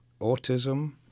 autism